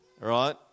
Right